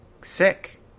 sick